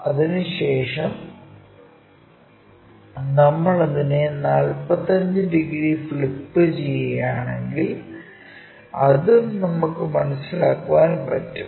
അതിനുശേഷം നമ്മൾ അതിനെ 45 ഡിഗ്രി ഫ്ലിപ്പുചെയ്യുകയാണെങ്കിൽ അതും നമുക്കു മനസ്സിലാക്കാൻ പറ്റും